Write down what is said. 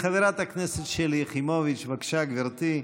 חברת הכנסת שלי יחימוביץ', בבקשה, גברתי.